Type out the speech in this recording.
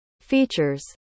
features